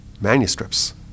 manuscripts